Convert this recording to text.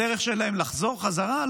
בדרך שלהם לחזור חזרה?